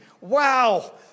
wow